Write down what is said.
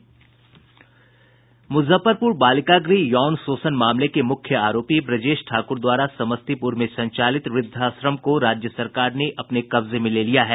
मुजफ्फरपुर बालिका गृह यौन शोषण मामले के मुख्य आरोपी ब्रजेश ठाकुर द्वारा समस्तीपुर में संचालित वृद्धाश्रम को राज्य सरकार ने अपने कब्जे में ले लिया है